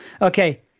Okay